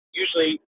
usually